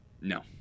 No